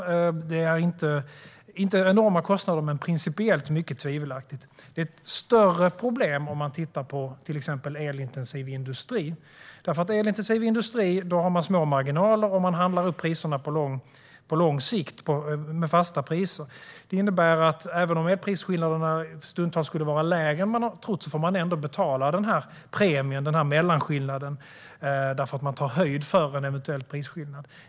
Det är inte enorma kostnader, men principiellt mycket tvivelaktiga. Det är ett större problem för den elintensiva industrin. Där har man små marginaler, och man köper in el på lång sikt och till fasta priser. Även om prisskillnaderna stundtals är lägre än vad man har trott får man ändå betala mellanskillnaden därför att man tar höjd för en eventuell prisskillnad.